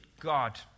God